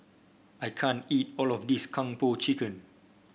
I can't eat all of this Kung Po Chicken